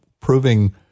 proving